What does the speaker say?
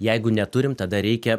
jeigu neturim tada reikia